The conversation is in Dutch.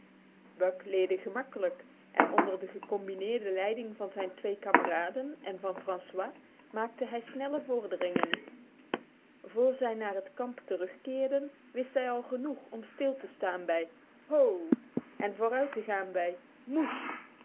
buck leerde gemakkelijk en onder de gecombineerde leiding van zijn twee kameraden en van francois maakte hij snelle vorderingen voor zij naar t kamp terugkeerden wist hij al genoeg om stil te staan bij ho en vooruit te gaan bij mush